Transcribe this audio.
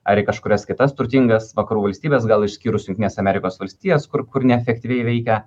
ar į kažkurias kitas turtingas vakarų valstybės gal išskyrus jungtines amerikos valstijas kur kur neefektyviai veikia